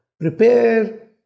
Prepare